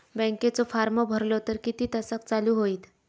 बँकेचो फार्म भरलो तर किती तासाक चालू होईत?